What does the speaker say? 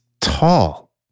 tall